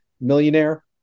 millionaire